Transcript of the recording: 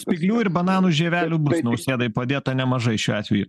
spyglių ir bananų žievelių bus nausėdai padėta nemažai šiuo atveju